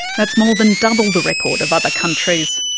that's more than double the record of other countries.